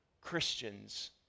Christians